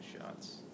shots